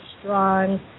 strong